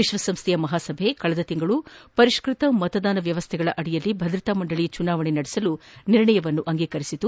ವಿಶ್ವಸಂಸ್ಥೆಯ ಮಹಾಸಭೆ ಕಳೆದ ತಿಂಗಳು ಪರಿಷ್ಠತ ಮತದಾನ ವ್ಯವಸ್ಥೆಗಳ ಅಡಿಯಲ್ಲಿ ಭದ್ರತಾ ಮಂಡಳಿ ಚುನಾವಣೆಯನ್ನು ನಡೆಸಲು ನಿರ್ಣಯವೊಂದನ್ನು ಅಂಗೀಕರಿಸಿದೆ